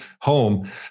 home